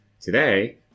Today